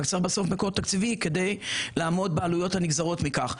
אבל בסוף צריך מקור תקציבי כדי לעמוד בעלויות הנגזרות מכך.